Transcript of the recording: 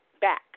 back